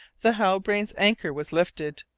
the halbrane's anchor was lifted,